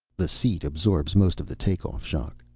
the seat absorbs most of the take-off shock.